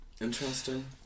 interesting